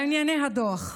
לענייני הדוח,